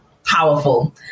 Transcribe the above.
powerful